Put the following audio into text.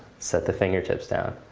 set the fingertips down.